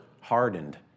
hardened